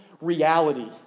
reality